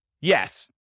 Yes